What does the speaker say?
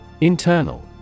Internal